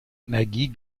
energie